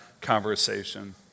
conversation